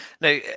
Now